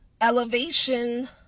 elevation